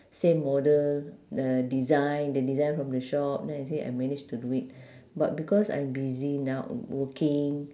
same model the design the design from the shop then I say I managed to do it but because I'm busy now w~ working